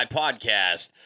podcast